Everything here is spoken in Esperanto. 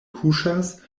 kuŝas